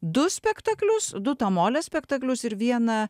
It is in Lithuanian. du spektaklius du tamolės spektaklius ir vieną